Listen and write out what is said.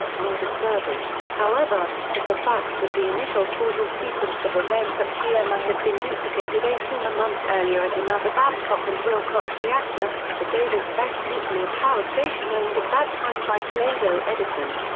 more disturbing, however, was the fact that the initial causal sequence of events at tmi um ah had been duplicated eighteen months earlier at another babcock and wilcox reactor, the davis-besse nuclear power station owned at that time by toledo edison.